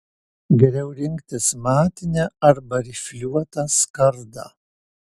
geriau rinktis matinę arba rifliuotą skardą